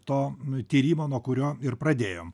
to tyrimo nuo kurio ir pradėjom